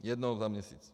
Jednou za měsíc.